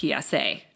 PSA